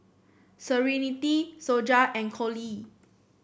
Serenity Sonja and Cole